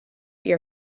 your